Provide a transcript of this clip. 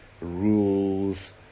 rules